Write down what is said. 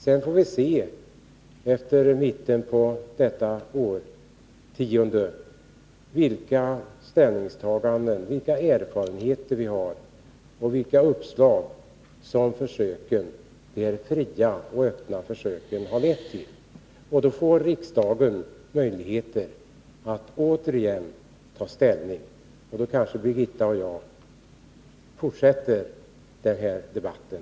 Sedan vi passerat mitten av detta årtionde får vi se vilka erfarenheter som finns och vilka uppslag de fria och öppna försöken har lett till. Då får riksdagen möjlighet att återigen ta ställning. Då kanske Birgitta Rydle och jag fortsätter den här debatten.